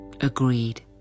Agreed